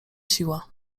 siła